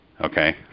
Okay